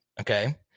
okay